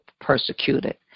persecuted